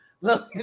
Look